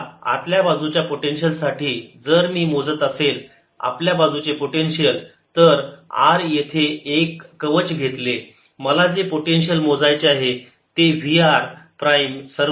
आता आतल्या बाजूच्या पोटेन्शियल साठी जर मी मोजत असेल आपल्या बाजूचे पोटेन्शियल जर मी r येथे एक कवच घेतले मला जे पोटेन्शिअल मोजायचे आहे ते V r प्राईम सर्व कवच बाहेर आहे